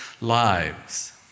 lives